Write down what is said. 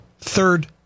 third